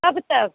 कब तक